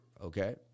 okay